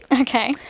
Okay